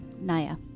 Naya